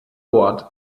bord